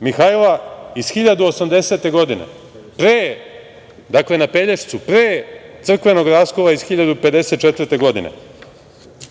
Mihajla iz 1080. godine, dakle na Pelješcu, pre crkvenog raskola iz 1954. godine.